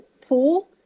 pool